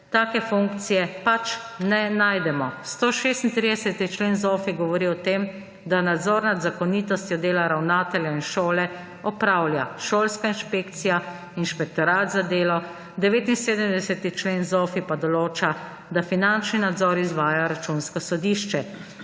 take funkcije pač ne najdemo. 136. člen ZOFVI govori o tem, da nadzor nad zakonitostjo dela ravnatelja in šole opravlja šolska inšpekcija, inšpektorat za delo, 79. člen ZOFVI pa določa, da finančni nadzor izvaja Računsko sodišče.